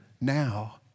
now